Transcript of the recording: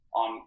on